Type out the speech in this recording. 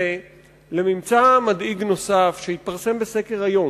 לממצא מדאיג נוסף שהתפרסם בסקר היום,